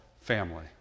family